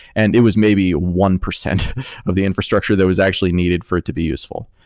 and it was maybe one percent of the infrastructure that was actually needed for it to be useful.